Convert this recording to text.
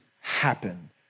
happen